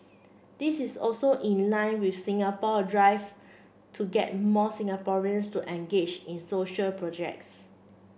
this is also in line with Singapore drive to get more Singaporeans to engage in social projects